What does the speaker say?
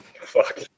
Fuck